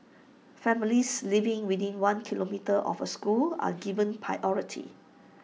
families living within one kilometre of A school are given priority